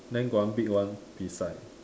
then got one big one beside